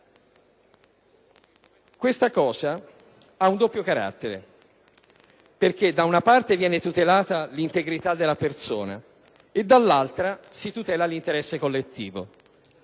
affermazione ha un doppio carattere perché, da una parte, viene tutelata l'integrità della persona e, dall'altra, si tutela l'interesse collettivo.